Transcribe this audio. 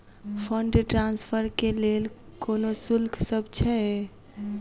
Fund transfer केँ लेल कोनो शुल्कसभ छै?